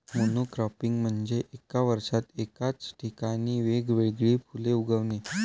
monocropping म्हणजे एका वर्षात एकाच ठिकाणी वेगवेगळी फुले उगवणे